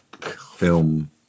film